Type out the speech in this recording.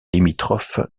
limitrophe